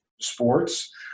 sports